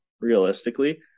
realistically